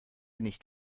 nicht